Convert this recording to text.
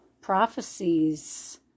prophecies